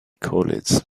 college